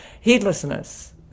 heedlessness